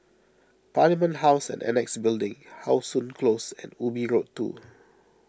Parliament House and Annexe Building How Sun Close and Ubi Road two